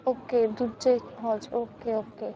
okay ਦੂਜੇ hall 'ਚ okay okay